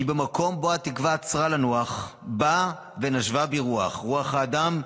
"כי במקום בו התקווה עצרה לנוח / באה ונשבה בי רוח / רוח האדם.